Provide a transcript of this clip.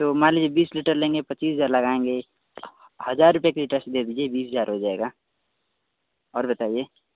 तो मान लिजीए बीस लीटर लेंगे पच्चीस हज़ार लगाएँगे हज़ार रुपये के लीटर से दे दिजिए बीस हज़ार हो जाएगा और बताइए